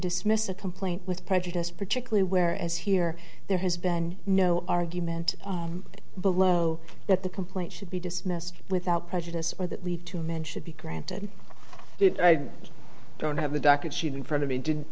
dismiss a complaint with prejudice particularly where as here there has been no argument below that the complaint should be dismissed without prejudice or that lead to men should be granted it i don't have the docket sheet in front of me did